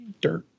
Dirt. (